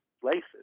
places